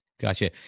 Gotcha